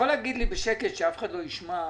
להגיד לי עכשיו בשקט כשאף אחד לא ישמע.